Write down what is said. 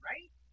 Right